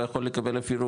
יכול לקבל אפילו,